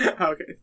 Okay